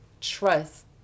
trust